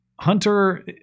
Hunter